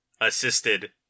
assisted